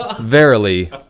Verily